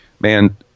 Man